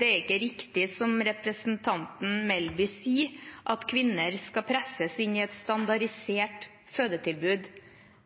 Det er ikke riktig som representanten Melby sier, at kvinner skal presses inn i et standardisert fødetilbud.